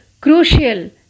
crucial